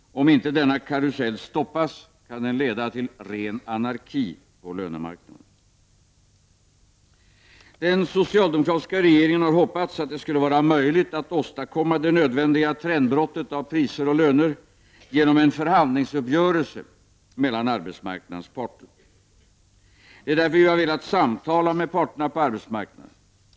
Om inte denna karusell stoppas, kan den leda till ren anarki på lönemarknaden. Den socialdemokratiska regeringen har hoppats att det skulle vara möjligt att åstadkomma det nödvändiga trendbrottet i fråga om priser och löner genom en förhandlingsuppgörelse mellan arbetsmarknadens parter. Vi har därför velat samtala med parterna på arbetsmarknaden.